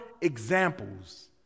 examples